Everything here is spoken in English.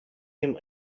him